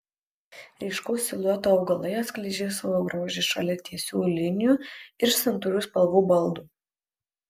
ryškaus silueto augalai atskleidžia savo grožį šalia tiesių linijų ir santūrių spalvų baldų